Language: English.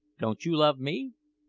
don't you love me?